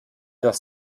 das